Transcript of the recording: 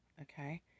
okay